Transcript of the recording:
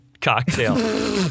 cocktail